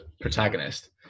protagonist